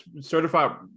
certified